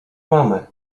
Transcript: mamę